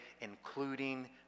including